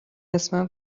اسمم